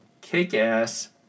Kick-Ass